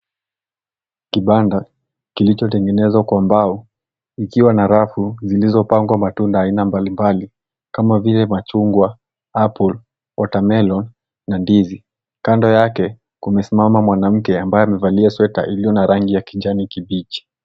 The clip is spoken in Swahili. Kibanda, kilichotengenezwa kwa mbao, kikiwa na rafu zilizopangwa matunda aina mbali mbali, kama vile, machungwa, apple , watermelon , na ndizi. Kando yake kumesimama mwanamke, ambaye amevalia sweta iliyo na rangi ya kijani kibichi.